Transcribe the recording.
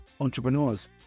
entrepreneurs